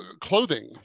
clothing